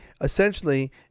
essentially